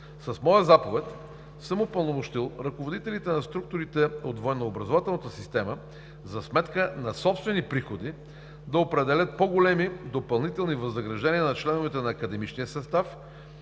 С моя заповед съм упълномощил ръководителите на структурите от военнообразователната система за сметка на собствени приходи да определят по-големи допълнителни възнаграждения на членовете на академичния състав